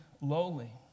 lowly